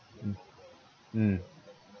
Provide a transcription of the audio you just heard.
mm mm